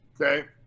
okay